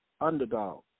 Underdog